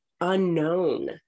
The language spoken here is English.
unknown